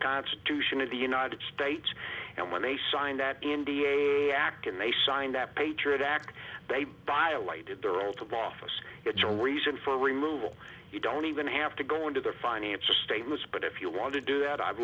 constitution of the united states and when they signed that india act and they signed that patriot act they violated their ultimate office it's a reason for removal you don't even have to go into their financial statements but if you want to do that i've